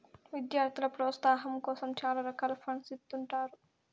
విద్యార్థుల ప్రోత్సాహాం కోసం చాలా రకాల ఫండ్స్ ఇత్తుంటారు